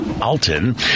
Alton